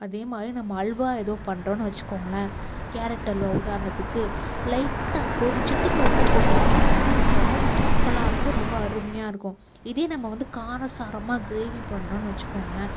அதே மாதிரி நம்ம அல்வா ஏதோ பண்ணுறோனு வெச்சுக்கோங்களேன் கேரட் அல்வா உதாரணத்துக்கு லைட்டாக ஒரு சிட்டிகை உப்பு போட்டிங்கனால் ஸ்வீட் ரொம்ப தூக்கலாக இருக்கும் ரொம்ப அருமையா இருக்கும் இதே நம்ம வந்து காரசாரமாக கிரேவி பண்ணுறோம்ன் வெச்சுக்கோங்களேன்